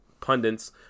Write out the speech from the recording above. pundits